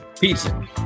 pizza